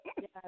yes